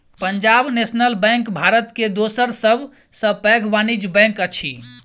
Punjab National Bank Bharat के दोसर सब सॅ पैघ वाणिज्य बैंक अछि